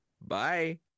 Bye